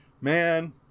Man